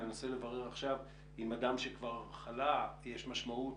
ואני אנסה עכשיו אם אדם שכבר חלה יש משמעות